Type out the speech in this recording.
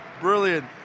Brilliant